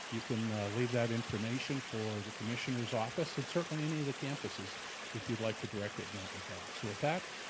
you can leave that information for the commissioner's office at certainly any of the campuses if you'd like to direct it in that regards. with that,